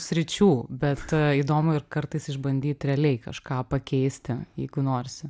sričių bet įdomu ir kartais išbandyt realiai kažką pakeisti jeigu norisi